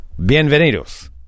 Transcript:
Bienvenidos